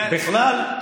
בכלל,